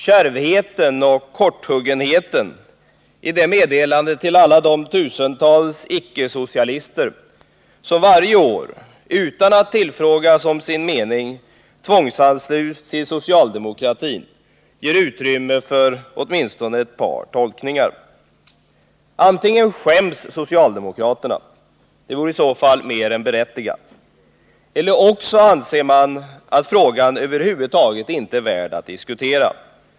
Kärvheten och korthuggenheten i detta meddelande till alla de tusentals icke-socialister som varje år utan att tillfrågas om sin mening tvångsansluts till socialdemokratin ger utrymme för åtminstone ett par tolkningar: antingen skäms socialdemokraterna — och det vore i så fall mer än berättigat — eller också anser man att frågan över huvud taget inte är värd att diskutera.